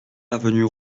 avenue